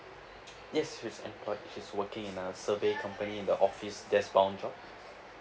yes she's employed she's working in a survey company in the office desk bound job